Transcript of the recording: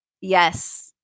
Yes